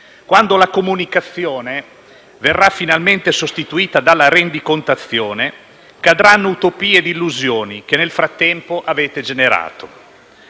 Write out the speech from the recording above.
Quando la comunicazione verrà finalmente sostituita dalla rendicontazione, cadranno utopie e illusioni che nel frattempo avete generato.